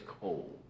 cold